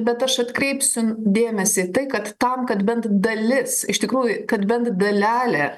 bet aš atkreipsiu dėmesį į tai kad tam kad bent dalis iš tikrųjų kad bent dalelė